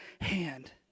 hand